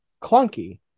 clunky